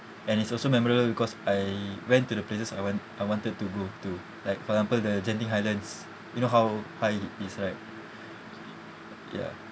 and it's also memorial because I went to the places I went I wanted to go to like for example the genting highlands you know how high it is right ya